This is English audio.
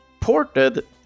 ported